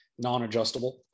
non-adjustable